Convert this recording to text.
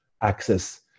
access